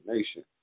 Nation